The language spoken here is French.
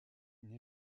une